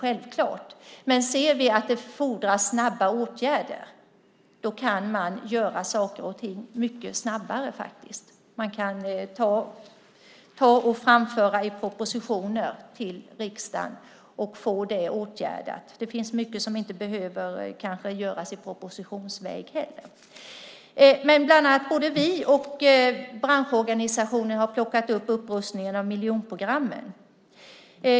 Självklart vet vi det, men ser vi att det fordras snabba åtgärder vet vi att det går att göra saker mycket snabbare. Man kan framföra det i propositioner till riksdagen och få det åtgärdat. Det finns mycket som kanske inte behöver göras i propositionsväg heller. Både vi och branschorganisationerna har plockat upp upprustningen av miljonprogramsområdena.